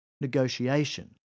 negotiation